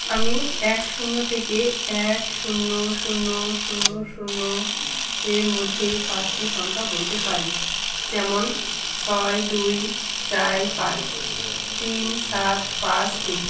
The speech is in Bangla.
আমি এক শূন্য থেকে এক শূন্য শূন্য শূন্য শূন্য এর মধ্যে পাঁচটি সংখ্যা বলতে পারি যেমন ছয় দুই চার পাঁচ তিন সাত পাঁচ তিন